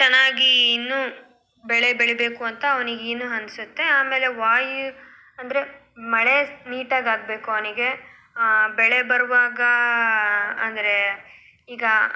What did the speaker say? ಚೆನ್ನಾಗಿ ಇನ್ನೂ ಬೆಳೆ ಬೆಳೀಬೇಕು ಅಂತ ಅವ್ನಿಗೆ ಇನ್ನೂ ಅನಿಸುತ್ತೆ ಆಮೇಲೆ ವಾಯು ಅಂದರೆ ಮಳೆ ನೀಟಾಗಾಗಬೇಕು ಅವನಿಗೆ ಬೆಳೆ ಬರುವಾಗ ಅಂದರೆ ಈಗ